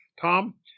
Tom